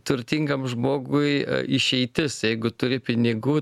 turtingam žmogui išeitis jeigu turi pinigų